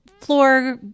floor